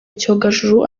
icyogajuru